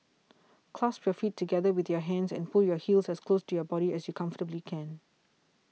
clasp your feet together with your hands and pull your heels as close to your body as you comfortably can